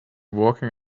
walking